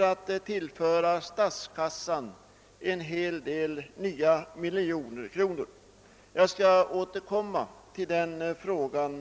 att tillföra statskassan en hel del nya miljoner. Jag skall senare återkomma till denna fråga.